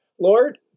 Lord